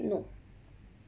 no